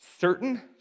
certain